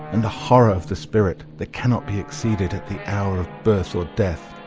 and a horror of the spirit that cannot be exceeded at the hour of birth or death.